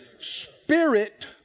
spirit